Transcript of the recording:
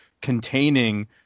containing